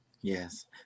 Yes